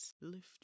lift